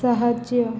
ସାହାଯ୍ୟ